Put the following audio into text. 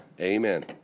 Amen